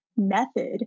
Method